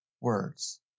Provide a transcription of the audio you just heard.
words